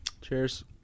Cheers